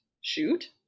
shoot